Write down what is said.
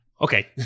Okay